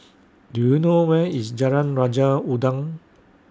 Do YOU know Where IS Jalan Raja Udang